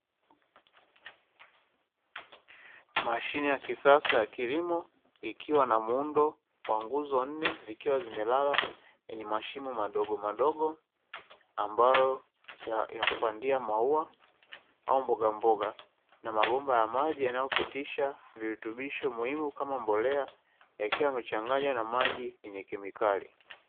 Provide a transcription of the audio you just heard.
Mashine ya kisasa ya kilimo ikiwa na muundo wa nguzo nne zikiwa zimelala yenye mashimo madogo madogo ambayo ya kupandia maua au mbogamboga, na mabomba ya maji yanayopitisha virutubisho muhimu kama mbolea yakiwa yamechanganywa na maji yenye kemikali.